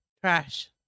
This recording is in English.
Trash